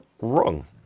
wrong